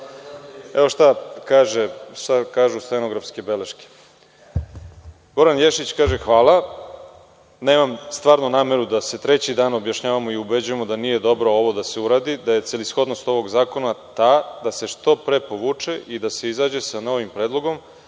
šta kažu stenografske beleške. Goran Ješić kaže – hvala, nemam stvarno nameru da se treći dan objašnjavamo i ubeđujemo da nije dobro ovo da se uradi, da je celishodnost ovog zakona ta da se što pre povuče i da se izađe sa novim predlogom,